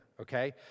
okay